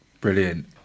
Brilliant